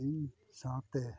ᱤᱧ ᱥᱟᱶᱛᱮ